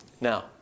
Now